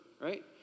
right